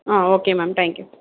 ah okay ma'am thank you